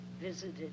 visited